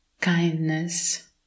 kindness